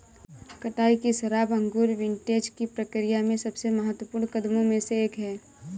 कटाई की शराब अंगूर विंटेज की प्रक्रिया में सबसे महत्वपूर्ण कदमों में से एक है